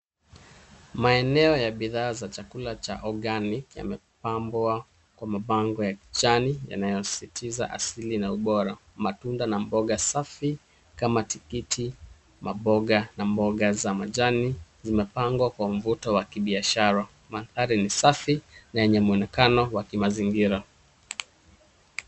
Maeneo ya bidhaa za chakula cha organic yamepambwa Kwa mabango ya kijani yanayosisitiza asili na ubora. Matunda na bonga safi kama tikiti, maboga na mboga za majani zimepangwa kwa mvuto wa kibiashara. Mandhari ni safi na yenye mwonekano wa kimazingira.